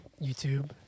YouTube